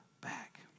back